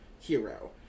hero